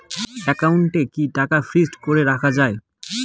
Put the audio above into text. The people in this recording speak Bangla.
একাউন্টে কি টাকা ফিক্সড করে রাখা যায়?